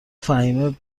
فهیمه